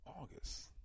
August